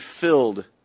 filled